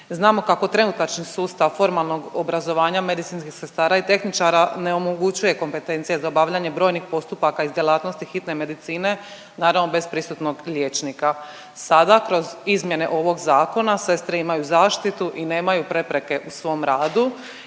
Znamo kako trenutačni sustav formalnog obrazovanja medicinskih sestara i tehničara ne omogućuje kompetencije za obavljanje brojnih postupaka iz djelatnosti hitne medicine naravno bez prisutnog liječnika. Sada kroz izmjene ovog zakona sestre imaju zaštitu i nemaju prepreke u svom radu